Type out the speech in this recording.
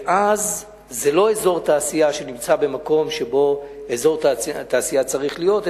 וזה לא אזור תעשייה שנמצא במקום שבו אזור תעשייה צריך להיות,